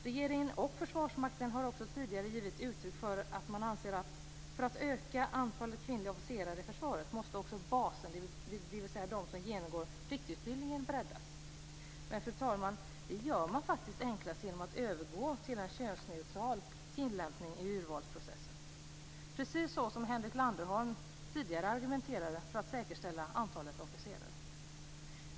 Regeringen och Försvarsmakten har också tidigare gett uttryck för att de anser att för att öka antalet kvinnliga officerare i försvaret måste också basen, dvs. de som genomgår pliktutbildningen, breddas. Men, fru talman, det gör man faktiskt enklast genom att övergå till en könsneutral tillämpning i urvalsprocessen, precis som Henrik Landerholm tidigare argumenterade, för att säkerställa antalet officerare.